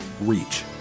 reach